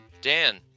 Dan